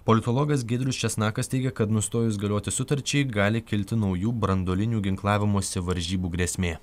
politologas giedrius česnakas teigia kad nustojus galioti sutarčiai gali kilti naujų branduolinių ginklavimosi varžybų grėsmė